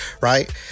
right